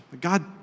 God